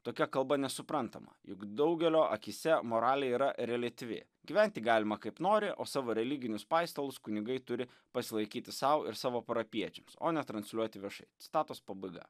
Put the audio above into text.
tokia kalba nesuprantama juk daugelio akyse moralė yra reliatyvi gyventi galima kaip nori o savo religinius paistalus kunigai turi pasilaikyti sau ir savo parapijiečiams o ne transliuoti viešai citatos pabaiga